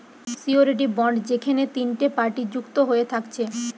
surety bond যেখেনে তিনটে party যুক্ত হয়ে থাকছে